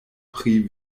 pri